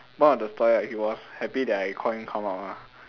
one of the story right he was happy that I call him come out ah